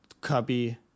copy